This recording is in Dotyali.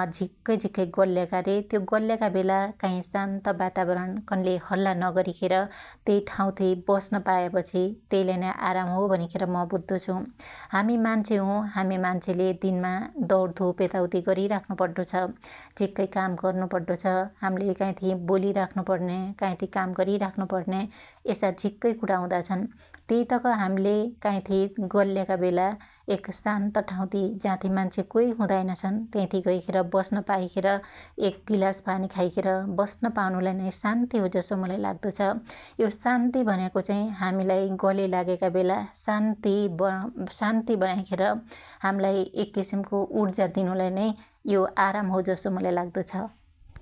अझिक्कै झीक्कै गल्याका रे त्यो गल्याका बेला काई शान्त वातावारण कन्ल्यै हल्ला नगरीखेर त्यइ ठाँउथी बस्न पायापछि त्यइलाई नै आराम हो भनिखेर म बद्दो छु । हामि मान्छे हु हामि मान्छेले दिनमा दउडधुप यताउति गरीराख्नु पड्डो छ । झिक्कै काम गर्नु पड्डो छ । हाम्ले काइथी बोलीराख्नु पण्न्या काईथी काम गरीराख्नु पण्न्या यसा झिक्कै कुणा हुदा छन् । त्यइतक हाम्ले काइथी गल्याका बेला एक शान्त ठाँउथि जाथी मान्छे काइ हुदाईन छन त्याथि गैखेर बस्न पाइखेर एक गिलास पानी खाइखेर बस्न पाउनुलाई नै शान्ति हो जसो मुलाई लाग्दो छ । यो शान्ति भन्याको चाहि हामिलाई गल्याइ लाग्याका बेला शान्ति शान्ति बनिखेर हाम्लाई एक किसिमको उर्जा दिनु लाई नै यो आराम हो जसो मुलाई लाग्दो छ ।